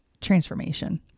transformation